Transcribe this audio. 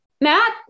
matt